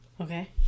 Okay